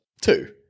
Two